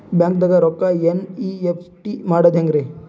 ಬ್ಯಾಂಕ್ದಾಗ ರೊಕ್ಕ ಎನ್.ಇ.ಎಫ್.ಟಿ ಮಾಡದ ಹೆಂಗ್ರಿ?